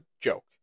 joke